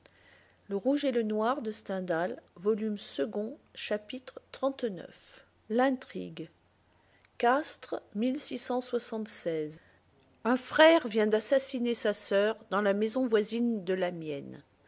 chapitre xxxix l'intrigue castres un frère vient d'assassiner sa soeur dans la maison voisine de la mienne